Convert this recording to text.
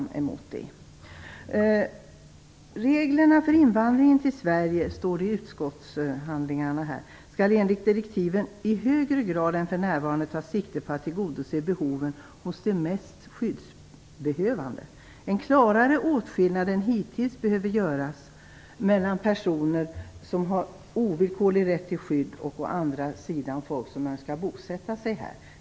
I betänkandet står det: "Reglerna för invandringen till Sverige skall enligt direktiven i högre grad än för närvarande ta sikte på att tillgodose behoven hos de mest skyddsbehövande. En klarare åtskillnad än hittills behöver göras mellan å ena sidan personer som bör ha en ovillkorlig rätt till skydd och å den andra sidan övriga som önskar bosätta sig här."